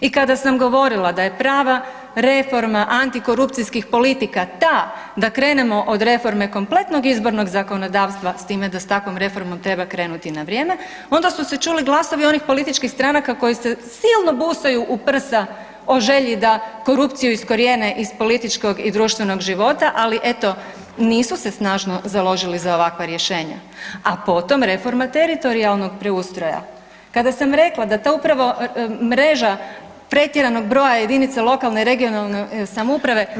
I kada sam govorila da je prava reforma antikorupcijskih politika ta da krenemo od reforme kompletnog izbornog zakonodavstva, s time da s takvom reformom treba krenuti na vrijeme, onda su se čuli glasovi onih političkih stranaka koji se silno busaju u prsa u želji da korupciju iskorijene iz političkog i društvenog života, ali eto nisu se snažno založili za ovakva rješenja, a potom reforma teritorijalnog preustroja, kada sam rekla da upravo ta mreža pretjeranog broja jedinica lokalne i regionalne samouprave